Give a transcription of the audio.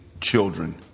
children